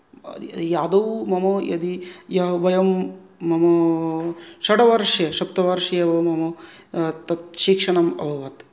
आदौ मम यदि यः वयं मम षड्वर्षे सप्तवर्षे एव मम तत् शिक्षणम् अभवत्